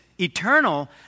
eternal